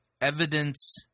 Evidence